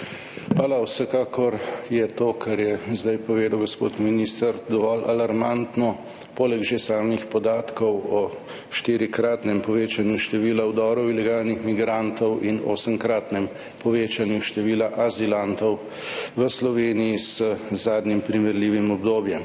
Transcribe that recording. Hvala. Vsekakor je to, kar je zdaj povedal gospod minister, dovolj alarmantno, poleg že samih podatkov o štirikratnem povečanju števila vdorov ilegalnih migrantov in osemkratnem povečanju števila azilantov v Sloveniji z zadnjim primerljivim obdobjem.